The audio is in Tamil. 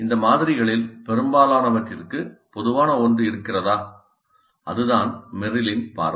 இந்த மாதிரிகளில் பெரும்பாலானவற்றிற்கு பொதுவான ஒன்று இருக்கிறதா அதுதான் மெர்ரிலின் பார்வை